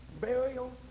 burial